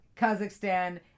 Kazakhstan